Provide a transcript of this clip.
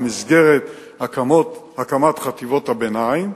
במסגרת הקמת חטיבות הביניים,